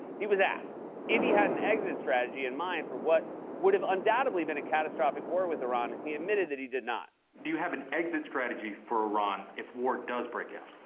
he was asked if he had an exit strategy in mind for what would have undoubtedly been a catastrophic war with iran, and he admitted that he did not. do you have an exit strategy for iran, if war does break out?